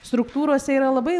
struktūrose yra labai